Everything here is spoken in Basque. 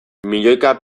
milioika